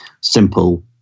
simple